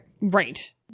Right